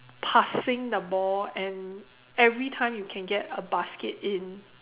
passing the ball and every time you can get a basket in